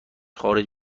خارج